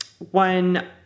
one